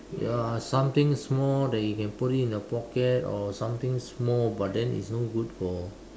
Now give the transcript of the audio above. ya something small that you can put it in a pocket or something small but then is no good for